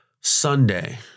Sunday